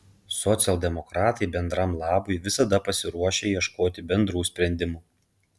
socialdemokratai bendram labui visada pasiruošę ieškoti bendrų sprendimų